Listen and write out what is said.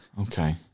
Okay